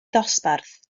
ddosbarth